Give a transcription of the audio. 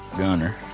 gunner.